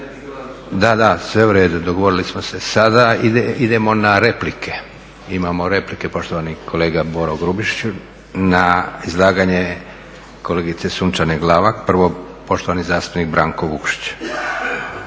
Da, da. Sve u redu. Dogovorili smo se. Sada idemo na replike. Imamo replike. Poštovani kolega Boro Grubišić na izlaganje kolegice Sunčane Glavak. Prvo poštovani zastupnik Branko Vukšić.